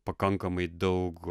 pakankamai daug